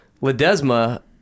Ledesma